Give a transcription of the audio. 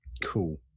Cool